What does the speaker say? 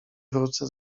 wrócę